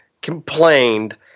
complained